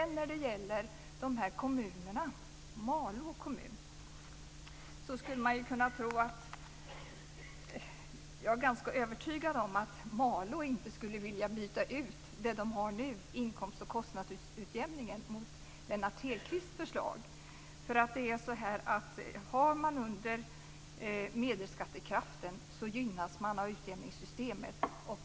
När det sedan gäller kommunerna, t.ex. Malå kommun, är jag ganska övertygad om att Malå inte skulle vilja byta ut den inkomst och kostnadsutjämning man har nu mot Lennart Hedquists förslag. Har man under medelskattekraften gynnas man av utjämningssystemet.